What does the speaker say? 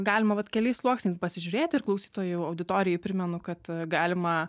galima vat keliais sluoksniais pasižiūrėti ir klausytojų auditorijai primenu kad galima